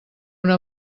una